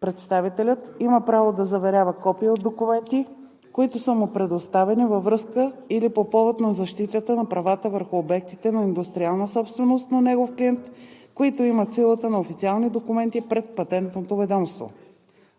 представителят има право да заверява копия от документи, които са му предоставени във връзка или по повод на защитата на правата върху обектите на индустриална собственост на негов клиент, които имат силата на официални документи пред Патентното ведомство.